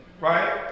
right